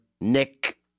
Nick